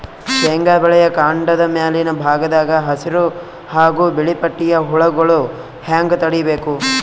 ಶೇಂಗಾ ಬೆಳೆಯ ಕಾಂಡದ ಮ್ಯಾಲಿನ ಭಾಗದಾಗ ಹಸಿರು ಹಾಗೂ ಬಿಳಿಪಟ್ಟಿಯ ಹುಳುಗಳು ಹ್ಯಾಂಗ್ ತಡೀಬೇಕು?